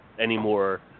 anymore